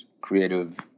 creative